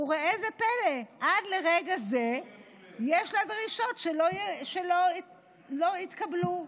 עד לרגע זה יש לה דרישות שלא התקבלו.